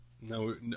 no